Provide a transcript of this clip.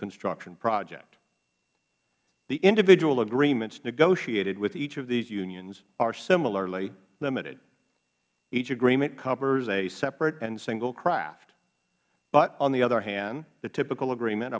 construction project the individual agreements negotiated with each of these unions are similarly limited each agreement covers a separate and single craft but on the other hand the typical agreement